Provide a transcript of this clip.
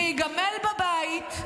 להיגמל בבית,